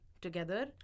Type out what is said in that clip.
together